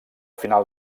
final